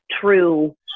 true